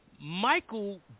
Michael